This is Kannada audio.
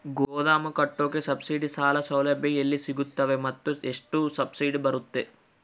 ಗೋದಾಮು ಕಟ್ಟೋಕೆ ಸಬ್ಸಿಡಿ ಸಾಲ ಸೌಲಭ್ಯ ಎಲ್ಲಿ ಸಿಗುತ್ತವೆ ಮತ್ತು ಎಷ್ಟು ಸಬ್ಸಿಡಿ ಬರುತ್ತೆ?